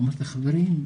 אמרתי חברים,